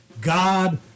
God